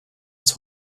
uns